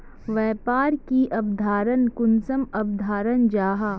व्यापार की अवधारण कुंसम अवधारण जाहा?